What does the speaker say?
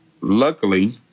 luckily